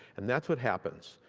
and that's what happens.